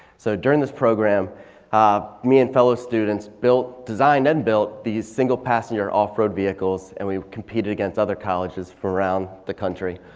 so during this program um me and fellow students, designed and built these single passenger off road vehicles and we competed against other colleges for around the country.